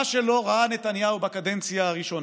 מה שלא ראה נתניהו בקדנציה הראשונה,